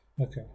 okay